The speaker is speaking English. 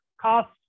cost